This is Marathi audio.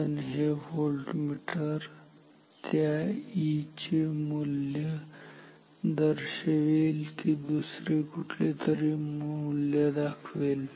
पण हे व्होल्टमीटर त्या E चे मूल्य दर्शवेल की दुसरे कुठले तरी मूल्य दाखवेल